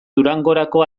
durangorako